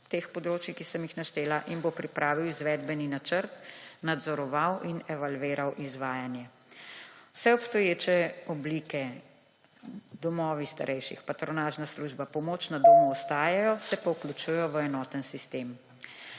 iz teh področjih, ki sem jih naštela in bo pripravil izvedbeni načrt, nadzoroval in evalviral izvajanje. Vse obstoječe oblike domovih za starejše, patronažna služba, pomoč na domu ostajajo, se pa vključujejo v enoten sistem.